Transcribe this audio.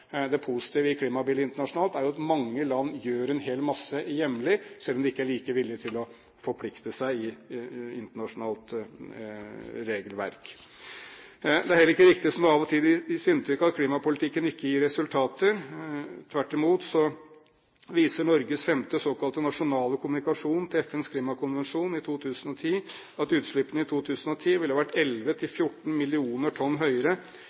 Det positive i klimabildet internasjonalt er jo at mange land gjør en hel masse hjemme, selv om de ikke er like villig til å forplikte seg i internasjonalt regelverk. Det er heller ikke riktig, som det av og til gis inntrykk av, at klimapolitikken ikke gir resultater. Tvert imot viser Norges femte såkalte nasjonale kommunikasjon til FNs klimakonvensjon i 2010 at utslippene i 2010 ville vært 11–14 mill. tonn høyere